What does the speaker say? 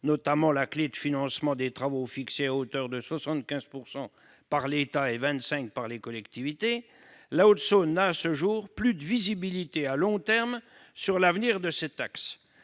notamment la clé de financement des travaux fixée à hauteur de 75 % pour la part de l'État et à 25 % pour celle des collectivités locales, la Haute-Saône n'a, à ce jour, plus de visibilité à long terme sur l'avenir de cet axe.